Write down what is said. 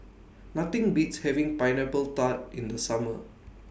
Nothing Beats having Pineapple Tart in The Summer